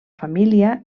família